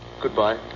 Goodbye